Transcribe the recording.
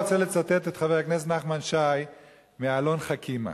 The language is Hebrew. רוצה לצטט את חבר הכנסת נחמן שי מהעלון "חכימא",